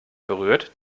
berührt